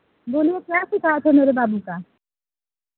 बोलो क्या शिकायत है मेरे बाबू का